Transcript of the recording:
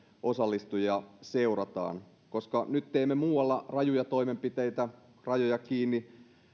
osallistuvia seurataan kun nyt teemme muualla rajuja toimenpiteitä rajoja kiinni